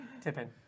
Tipping